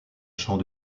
champ